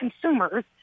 consumers